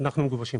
אנחנו מגובשים